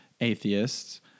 atheists